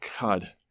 God